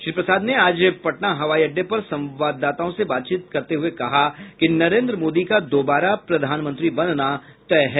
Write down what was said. श्री प्रसाद ने आज पटना हवाई अड्डे पर संवाददाताओं से बातचीत करते हुए कहा कि नरेन्द्र मोदी का दोबारा प्रधानमंत्री बनना तय है